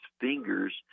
fingers